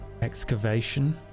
excavation